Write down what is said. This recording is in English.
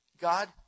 God